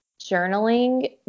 journaling